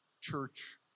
church